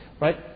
right